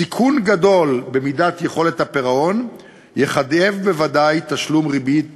סיכון גדול במידת יכולת הפירעון יחייב בוודאי תשלום ריבית